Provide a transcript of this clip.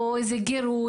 גירוי,